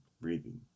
breathing